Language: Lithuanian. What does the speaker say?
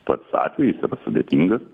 pats atvejis yra sudėtingas